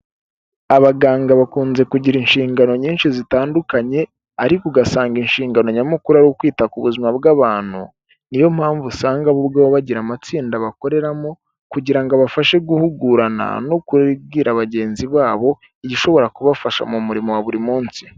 Abaganga bakunze kugira inshingano nyinshi zitandukanye ariko ugasanga inshingano nyamukuru ari ukwita ku buzima bw'abantu, ni yo mpamvu usanga bo ubwabo bagira amatsinda bakoreramo kugira abafashe guhugurana no kubwira bagenzi babo igishobora kubafasha mu murimo wa buri munsi.